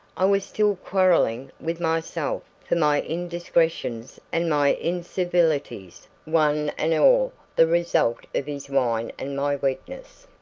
i was still quarrelling with myself for my indiscretions and my incivilities, one and all the result of his wine and my weakness,